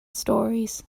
stories